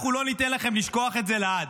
אנחנו לא ניתן לכם לשכוח את זה לעד.